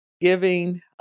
giving